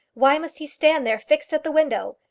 why must he stand there fixed at the window?